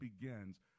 begins